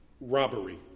Robbery